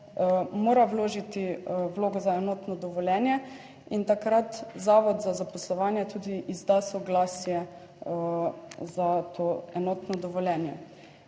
mora vložiti vlogo za enotno dovoljenje in takrat zavod za zaposlovanje tudi izda soglasje za to enotno dovoljenje.